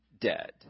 dead